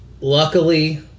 Luckily